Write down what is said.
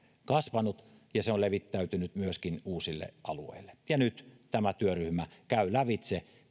kasvanut ja se on levittäytynyt myöskin uusille alueille nyt tämä työryhmä käy lävitse